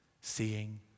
seeing